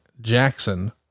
Jackson